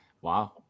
Wow